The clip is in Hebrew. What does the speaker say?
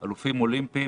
אלופים אולימפיים,